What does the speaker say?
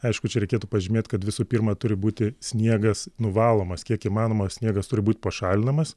aišku čia reikėtų pažymėti kad visų pirma turi būti sniegas nuvalomas kiek įmanoma sniegas turi būti pašalinamas